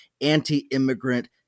anti-immigrant